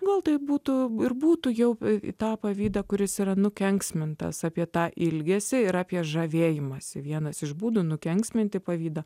gal tai būtų ir būtų jau į tą pavydą kuris yra nukenksmintas apie tą ilgesį ir apie žavėjimąsi vienas iš būdų nukenksminti pavydą